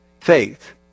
faith